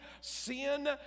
sin